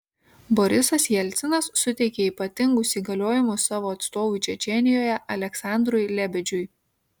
borisas jelcinas suteikė ypatingus įgaliojimus savo atstovui čečėnijoje aleksandrui lebedžiui